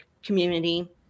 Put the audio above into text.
community